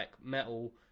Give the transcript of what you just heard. metal